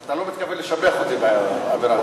אתה לא מתכוון לשבח אותי באווירה הזאת,